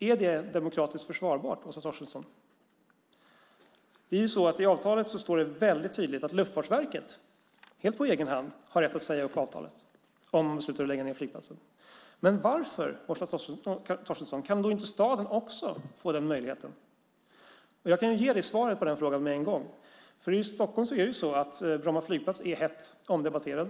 Är det demokratiskt försvarbart, Åsa Torstensson? I avtalet står det tydligt att Luftfartsverket helt på egen hand har rätt att säga upp avtalet om man beslutar att lägga ned flygplatsen. Men varför, Åsa Torstensson, kan då inte också staden få den möjligheten? Jag kan ge svaret på den frågan med en gång. I Stockholm är Bromma flygplats hett omdebatterad.